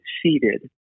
succeeded